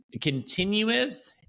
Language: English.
continuous